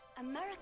America